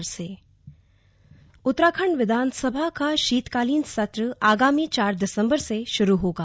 slug विधानसभा सत्र उत्तराखंड विधानसभा का शीतकालीन सत्र आगामी चार दिसंबर से शुरु होगा